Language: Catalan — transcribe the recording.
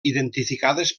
identificades